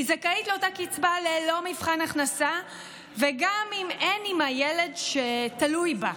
היא זכאית לאותה קצבה ללא מבחן הכנסה גם אם אין עימה ילד שתלוי בה.